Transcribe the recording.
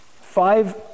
five